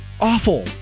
awful